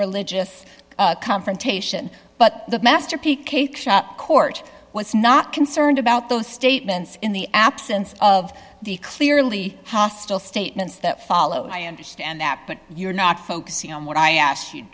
religious confrontation but the master p cake shop court was not concerned about those statements in the absence of the clearly hostile statements that followed i understand that but you're not focusing on what i asked you